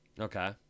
Okay